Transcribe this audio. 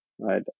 right